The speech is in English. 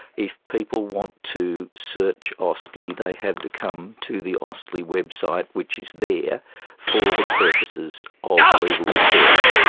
if people want to search austlii they have to come to the austlii website which is there for the purposes of legal research,